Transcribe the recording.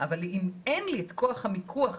אבל אם אין לי את כוח המיקוח הזה,